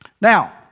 Now